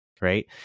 right